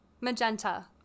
magenta